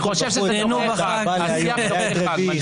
------ רביעי,